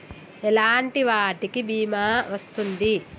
ఎలాంటి వాటికి బీమా వస్తుంది?